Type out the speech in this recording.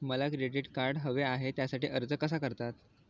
मला credit card हवे आहे त्यासाठी अर्ज कसा करतात?